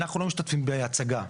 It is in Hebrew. אנחנו לא משתתפים בהצגה,